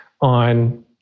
on